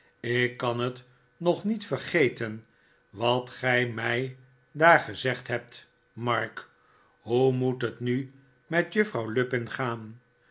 ik kan het nog niet vergeten wat gij mij daar gezegd hebt mark hoe moet het mi met juffrouw lupin gaan